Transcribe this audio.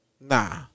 Nah